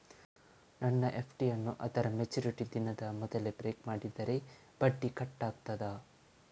ನನ್ನ ಎಫ್.ಡಿ ಯನ್ನೂ ಅದರ ಮೆಚುರಿಟಿ ದಿನದ ಮೊದಲೇ ಬ್ರೇಕ್ ಮಾಡಿದರೆ ಬಡ್ಡಿ ಕಟ್ ಆಗ್ತದಾ?